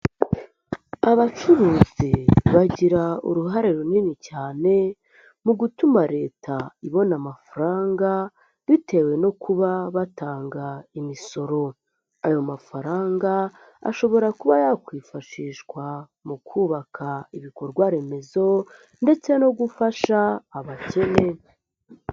Abacuruzi bagira uruhare runini cyane mu gutuma Leta ibona amafaranga bitewe no kuba batanga imisoro, ayo mafaranga ashobora kuba yakwifashishwa mu kubaka ibikorwaremezo ndetse no gufasha abakene.